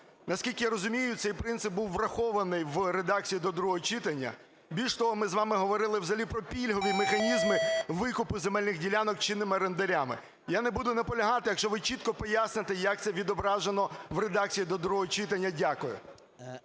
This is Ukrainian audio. Наскільки я розумію, цей принцип був врахований в редакції до другого читання. Більш того, ми з вами говорили взагалі про пільгові механізми викупу земельних ділянок чинними орендарями. Я не буду наполягати, якщо ви чітко поясните, як це відображено в редакції до другого читання. Дякую.